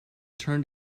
turned